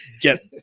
get